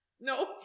no